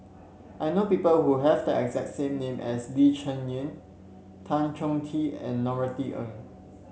I know people who have the exact same name as Lee Cheng Yan Tan Choh Tee and Norothy Ng